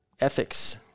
ethics